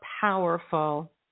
powerful